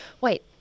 wait